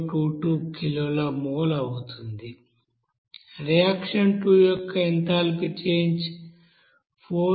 022 కిలోల మోల్ అవుతుంది రియాక్షన్ 2 యొక్క ఎంథాల్పీ చేంజ్ 47700x0